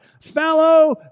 Fellow